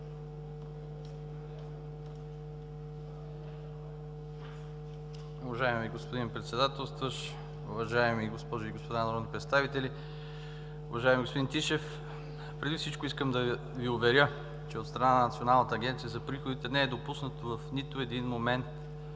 Уважаеми господин Председател, уважаеми госпожи и господа народни представители! Уважаеми господин Тишев, преди всичко искам да Ви уверя, че от страна на Националната агенция за приходите не е допуснато в нито един момент